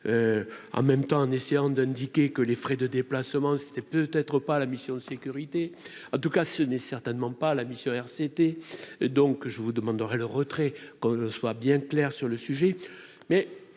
en même temps, en essayant d'indiquer que les frais de déplacement, c'était peut être pas à la mission de sécurité, en tout cas ce n'est certainement pas la mission RCT, donc je vous demanderai le retrait qu'le soit bien clair sur le sujet